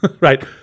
right